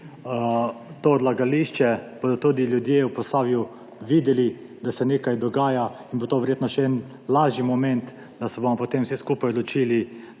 to odlagališče, bodo tudi ljudje v Posavju videli, da se nekaj dogaja, in bo to verjetno še en lažji moment, da se bomo potem vsi skupaj odločili